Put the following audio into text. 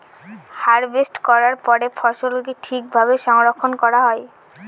harvest করার পরে ফসলকে ঠিক ভাবে সংরক্ষন করা হয়